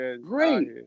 Great